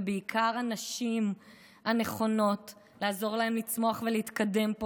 ובעיקר את הנשים הנכונות ולעזור להם לצמוח ולהתקדם פה.